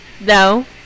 no